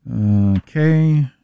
Okay